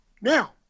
Now